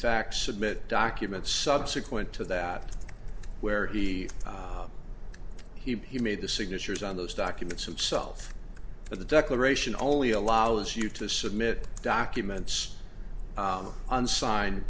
fact submit documents subsequent to that where he he made the signatures on those documents itself but the declaration only allows you to submit documents on signed